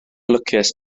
lwcus